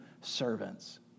servants